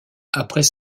après